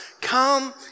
Come